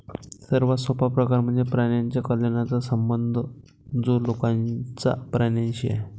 सर्वात सोपा प्रकार म्हणजे प्राण्यांच्या कल्याणाचा संबंध जो लोकांचा प्राण्यांशी आहे